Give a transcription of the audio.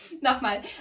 Nochmal